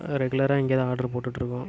ரெகுலராக இங்கே தான் ஆர்ட்ரு போட்டுட்டுருக்கோம்